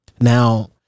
Now